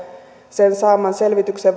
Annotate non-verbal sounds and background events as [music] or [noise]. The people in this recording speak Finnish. sen saaman selvityksen [unintelligible]